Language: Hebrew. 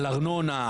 על ארנונה,